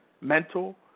mental